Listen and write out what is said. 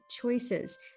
choices